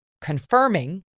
confirming